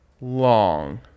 long